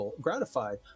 gratified